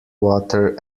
water